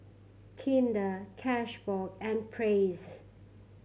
Kinder Cashbox and Praise